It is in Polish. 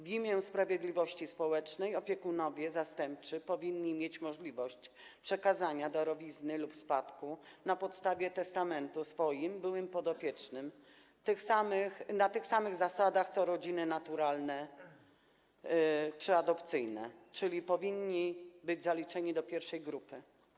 W imię sprawiedliwości społecznej opiekunowie zastępczy powinni mieć możliwość przekazania darowizny lub spadku na podstawie testamentu swoim byłym podopiecznym na tych samych zasadach co rodziny naturalne czy adopcyjne, czyli powinni być zaliczeni do pierwszej grupy.